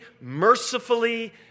mercifully